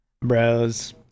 Bros